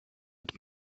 auch